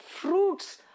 fruits